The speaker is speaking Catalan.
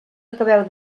acabeu